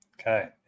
Okay